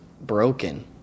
broken